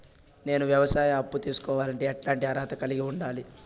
నేను వ్యవసాయ అప్పు తీసుకోవాలంటే ఎట్లాంటి అర్హత కలిగి ఉండాలి?